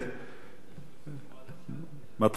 מתחילים,